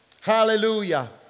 Hallelujah